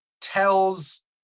tells